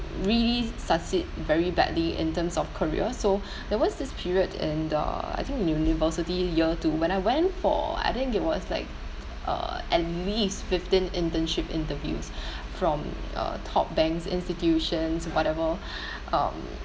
really succeed very badly in terms of career so there was this period in uh I think in university year two when I went for I think it was like uh at least fifteen internship interviews from uh top banks institutions whatever um